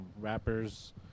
rappers